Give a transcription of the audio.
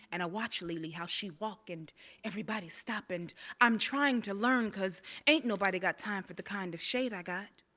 and i watch lily, how she walk and everybody stop, and i'm trying to learn cuz ain't nobody got time for the kind of shade i got.